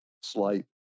slight